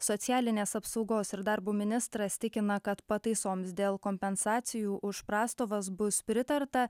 socialinės apsaugos ir darbo ministras tikina kad pataisoms dėl kompensacijų už prastovas bus pritarta